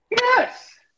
Yes